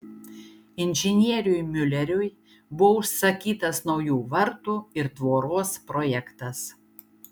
inžinieriui miuleriui buvo užsakytas naujų vartų ir tvoros projektas